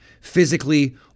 physically